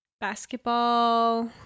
basketball